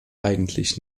eigentlich